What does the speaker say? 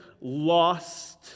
lost